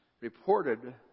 reported